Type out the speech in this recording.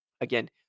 again